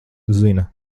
zina